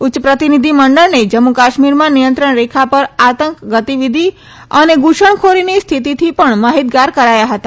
ઉચ્ય પ્રતિનિધિમંડળને જમ્મુ કાશ્મીરમાં નિયંત્રણ રેખા પર આતંક ગતિવિધિ અને ધૂસણખોરીની સ્થિતિથી પણ માહિતગાર કરાયા હતા